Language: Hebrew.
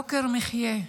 יוקר המחיה,